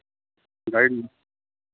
guide